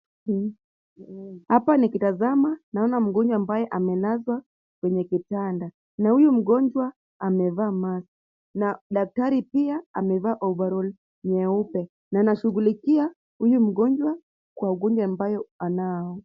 Hapa nikitazama naona mgonjwa ambaye amelazwa kwenye kitanda. Na huyu mgonjwa amevaa mask . Na daktari pia amevaa overall nyeupe na anashughulikia huyu mgonjwa kwa ugonjwa ambao anao.